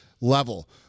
level